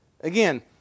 Again